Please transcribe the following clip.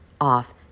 off